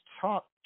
talk